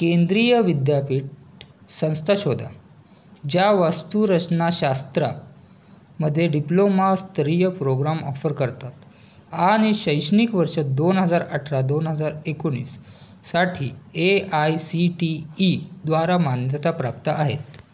केंद्रीय विद्यापीठ संस्था शोधा ज्या वास्तुरचना शास्त्रामधे डिप्लोमास्तरीय प्रोग्राम ऑफर करतात आणि शैक्षणिक वर्ष दोन हजार अठरा दोन हजार एकोणीस साठी A I C T E द्वारा मान्यताप्राप्त आहेत